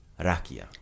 Rakia